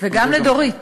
וגם לדורית.